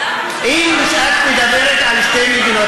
כשאת מדברת על שתי מדינות,